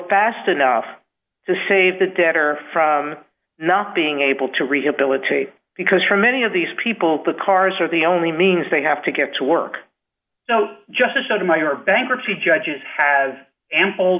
fast enough to save the debtor from not being able to rehabilitate because for many of these people the cars are the only means they have to get to work so justice sotomayor bankruptcy judges has ample